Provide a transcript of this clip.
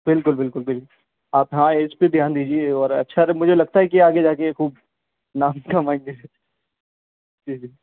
بالکل بالکل آپ ہاں اس پہ دھیان دیجیے اور اچھا جب مجھے لگتا ہے کہ آگے جا کے یہ خوب نام کمائیں گے جی جی